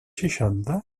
seixanta